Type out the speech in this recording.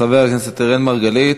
חבר הכנסת אראל מרגלית,